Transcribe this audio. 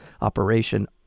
operation